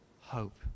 hope